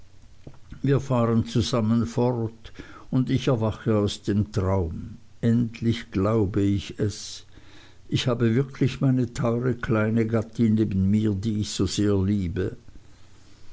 wir fahren zusammen fort und ich erwache aus dem traum endlich glaube ich es ich habe wirklich meine teuere kleine gattin neben mir die ich so sehr liebe